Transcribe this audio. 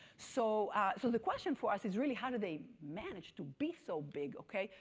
so so the question for us is really how do they manage to be so big, okay?